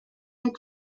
est